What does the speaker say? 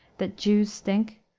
that jews stink,